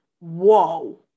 whoa